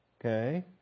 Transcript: okay